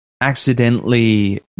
accidentally